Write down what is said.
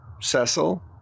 Cecil